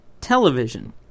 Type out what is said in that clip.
television